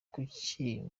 kuki